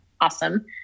awesome